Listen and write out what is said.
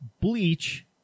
Bleach